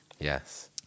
Yes